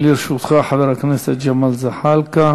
להתבייש במערכה המבישה שלכם בדמוקרטיה הישראלית.